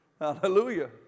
Hallelujah